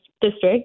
district